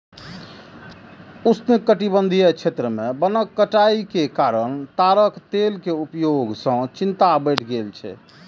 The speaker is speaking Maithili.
उष्णकटिबंधीय क्षेत्र मे वनक कटाइ के कारण ताड़क तेल के उपयोग सं चिंता बढ़ि गेल छै